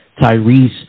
Tyrese